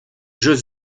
jeux